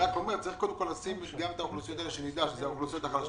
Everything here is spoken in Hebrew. אני אומר שקודם כל צריך לשים גם את האוכלוסיות האלה שהן האוכלוסיות החלשות